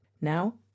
Now